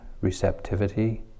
receptivity